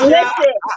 Listen